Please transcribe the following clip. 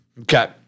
okay